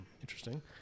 interesting